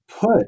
put